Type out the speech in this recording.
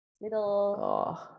little